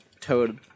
toad